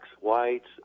whites